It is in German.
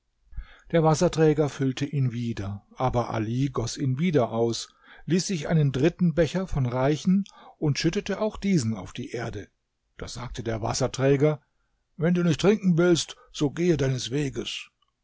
der wasserträger füllte ihn wieder aber ali goß ihn wieder aus ließ sich einen dritten becher von reichen und schüttete auch diesen auf die erde da sagte der wasserträger wenn du nicht trinken willst so gehe deines weges